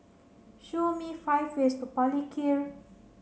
show me five ways to Palikir